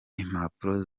impapuro